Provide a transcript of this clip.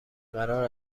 قرار